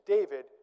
David